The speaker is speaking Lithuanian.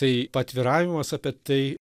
tai paatviravimas apie tai